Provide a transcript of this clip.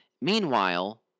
Meanwhile